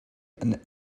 and